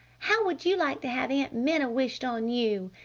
how would you like to have aunt minna wished on you.